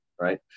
right